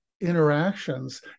interactions